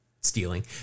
Stealing